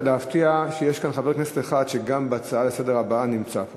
אני רוצה להפתיע, שיש כאן חבר כנסת אחד שנמצא פה